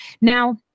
Now